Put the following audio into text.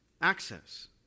access